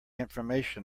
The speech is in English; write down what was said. information